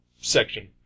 section